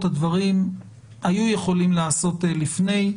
הדברים היו יכולים להיעשות לפני.